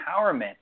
empowerment